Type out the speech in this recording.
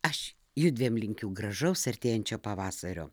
aš judviem linkiu gražaus artėjančio pavasario